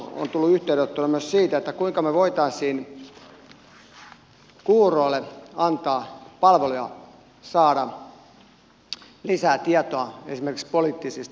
on tullut yhteydenottoja myös siitä kuinka me voisimme kuuroille antaa palveluja joiden avulla he voisivat saada lisää tietoa esimerkiksi poliittisista keskusteluista